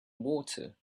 water